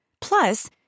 Plus